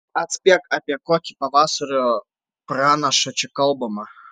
atspėk apie kokį pavasario pranašą čia kalbama